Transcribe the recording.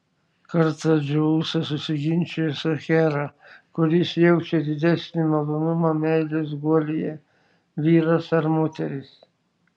kartą dzeusas susiginčijo su hera kuris jaučia didesnį malonumą meilės guolyje vyras ar moteris